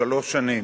בשלוש שנים.